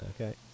okay